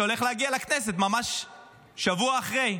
שהולך להגיע לכנסת ממש שבוע אחרי.